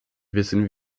wissen